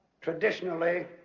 traditionally